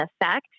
effect